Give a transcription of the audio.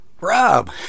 Rob